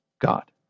God